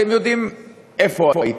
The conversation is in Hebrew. אתם יודעים איפה הייתי,